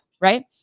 right